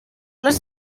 les